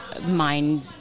mind